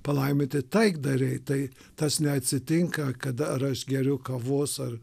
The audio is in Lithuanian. palaiminti taikdariai tai tas neatsitinka kada aš ar geriu kavos ar